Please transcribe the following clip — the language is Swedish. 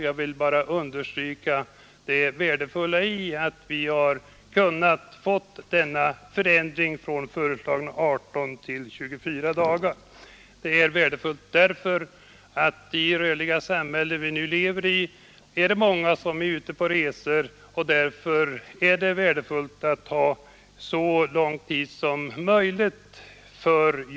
Jag vill bara understryka det värdefulla i att vi har kunnat enas om denna eslagna 18 till 24 dagar. Det är värdefullt därför att i det rörliga samhälle som vi nu lever i är många ute på resor, och tiden för poströstning bör därför utsträckas så långt det är möjligt.